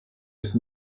ist